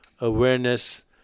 awareness